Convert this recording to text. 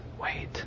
wait